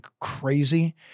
crazy